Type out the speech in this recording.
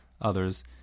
others